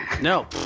No